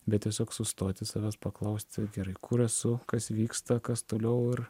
bet tiesiog sustoti savęs paklausti gerai kur esu kas vyksta kas toliau ir